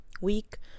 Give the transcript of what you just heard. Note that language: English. week